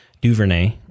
Duvernay